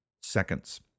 Seconds